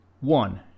One